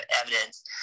evidence